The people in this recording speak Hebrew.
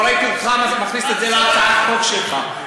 לא ראיתי אותך מכניס את זה להצעת החוק שלך.